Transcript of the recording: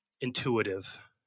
Intuitive